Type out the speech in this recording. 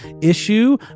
issue